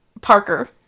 Parker